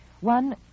One